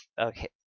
okay